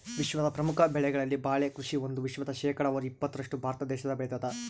ವಿಶ್ವದ ಪ್ರಮುಖ ಬೆಳೆಗಳಲ್ಲಿ ಬಾಳೆ ಕೃಷಿ ಒಂದು ವಿಶ್ವದ ಶೇಕಡಾವಾರು ಇಪ್ಪತ್ತರಷ್ಟು ಭಾರತ ದೇಶ ಬೆಳತಾದ